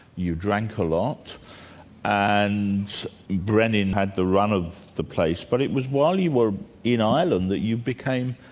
you drank a lot and brenin had the run of the place, but it was while you were in ireland that you became